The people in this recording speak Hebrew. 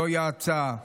זוהי ההצעה.